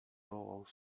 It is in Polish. wołał